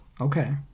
okay